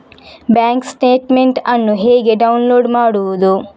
Bank statement ಅನ್ನು ಹೇಗೆ download ಮಾಡುವುದು?